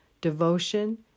devotion